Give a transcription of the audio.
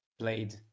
played